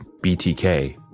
BTK